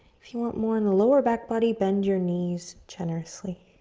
if you want more in the lower back body, bend your knees generously.